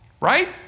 right